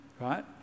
right